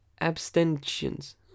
Abstentions